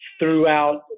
throughout